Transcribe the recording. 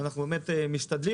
אנחנו באמת משתדלים.